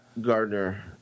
Gardner